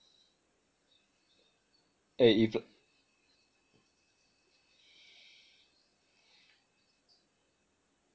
eh if